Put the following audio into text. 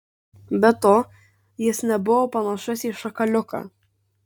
be to jis nebuvo panašus į šakaliuką